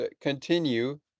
continue